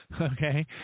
okay